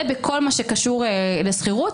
זה בכל מה שקשור לשכירות.